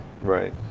Right